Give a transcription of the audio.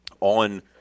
on